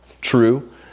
true